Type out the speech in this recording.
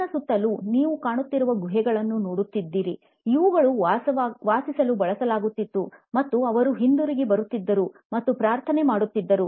ನನ್ನ ಸುತ್ತಲೂ ನೀವು ಕಾಣುತ್ತಿರುವುದು ಗುಹೆಗಳನ್ನು ನೋಡುತ್ತಿರುವಿರಿ ಇವುಗಳನ್ನು ವಾಸಿಸಲು ಬಳಸಲಾಗುತ್ತಿತ್ತು ಮತ್ತು ಅವರು ಹಿಂತಿರುಗಿ ಬರುತ್ತಿದ್ದರು ಮತ್ತು ಪ್ರಾರ್ಥನೆ ಮಾಡುತ್ತಿದ್ದರು